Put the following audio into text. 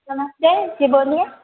नमस्ते जी बोलिए